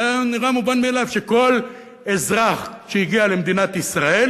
זה נראה מובן מאליו שכל אזרח שהגיע למדינת ישראל